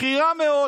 בכירה מאוד,